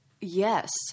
Yes